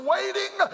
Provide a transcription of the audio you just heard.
Waiting